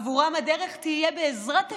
עבורם הדרך תהיה, בעזרת השם,